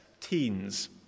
teens